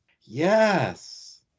Yes